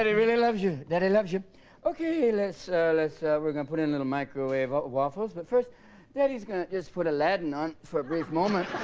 really loves you daddy loves you okay? let's let's we're gonna put in a little microwave waffles, but first daddy's gonna just for the lad none for brief moments